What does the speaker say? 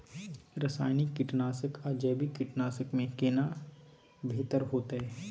रसायनिक कीटनासक आ जैविक कीटनासक में केना बेहतर होतै?